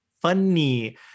funny